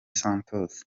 santos